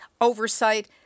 oversight